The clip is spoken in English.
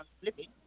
flipping